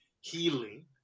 healing